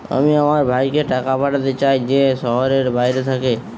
আমি আমার ভাইকে টাকা পাঠাতে চাই যে শহরের বাইরে থাকে